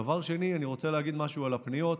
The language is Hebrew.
דבר שני, אני רוצה להגיד משהו על הפניות.